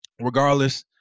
regardless –